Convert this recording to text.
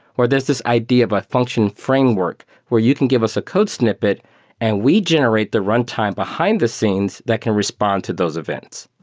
or this is idea by function framework where you can give us a code snippet and we generate the runtime behind-the-scenes that can respond to those events.